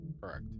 Correct